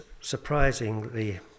surprisingly